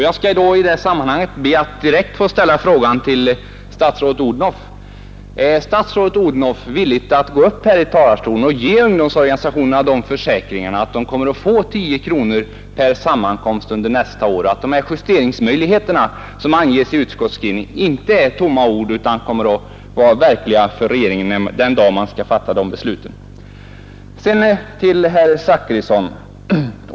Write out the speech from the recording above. Jag skall i det sammanhanget be att direkt få ställa frågan till statsrådet Odhnoff: Är statsrådet Odhnoff villig att gå upp i talarstolen här och ge ungdomsorganisationerna klara försäkringar, att de kommer att få 10 kronor per sammankomst under nästa år och att de här justeringsmöjligheterna, som anges i utskottsskrivningen, inte är tomma ord utan kommer att vara verklighet för regeringen den dag man skall fatta beslut?